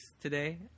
today